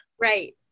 Right